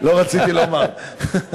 יואל, שאלה נוספת, ואחרי זה ניתן לדב חנין.